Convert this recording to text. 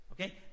Okay